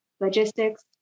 logistics